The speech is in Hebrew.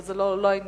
אבל זה לא העניין.